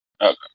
Okay